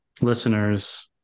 listeners –